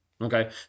Okay